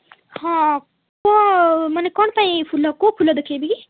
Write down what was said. ହଁ କୁହ ମାନେ କ'ଣ ପାଇଁ ଫୁଲ କେଉଁ ଫୁଲ ଦେଖାଇବି